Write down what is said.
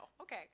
Okay